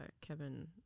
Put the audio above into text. kevin